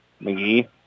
McGee